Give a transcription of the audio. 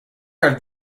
have